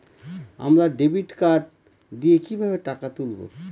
আমরা debit card দিয়ে কিভাবে টাকা তুলবো?